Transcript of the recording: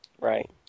Right